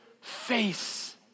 face